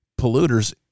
polluters